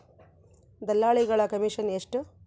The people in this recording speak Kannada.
ದಲ್ಲಾಳಿಗಳ ಕಮಿಷನ್ ಎಷ್ಟು?